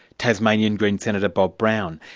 tasmanian greens senator, bob brown.